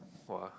what ah